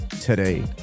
today